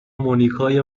مونیکای